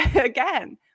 again